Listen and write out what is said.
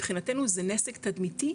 מבחינתנו זה נזק תדמיתי,